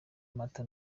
amata